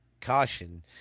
caution